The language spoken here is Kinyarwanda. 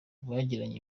bagiranye